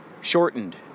shortened